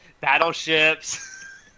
battleships